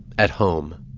at home,